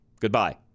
goodbye